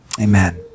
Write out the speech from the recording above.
Amen